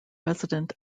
resident